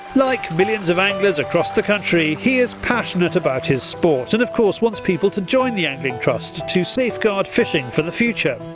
like millions of anglers across the country, he is passionate about his sport and of course wants people to join the angling trust to safeguard fishing for the future.